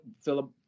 Philip